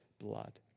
Blood